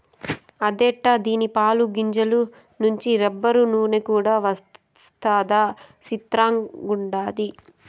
అదెట్టా దీని పాలు, గింజల నుంచి రబ్బరు, నూన కూడా వస్తదా సిత్రంగుండాది